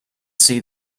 see